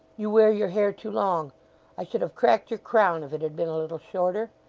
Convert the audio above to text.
you wear your hair too long i should have cracked your crown if it had been a little shorter